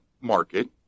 market